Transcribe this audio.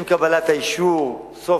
עם קבלת האישור סוף-סוף,